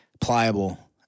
pliable